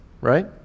right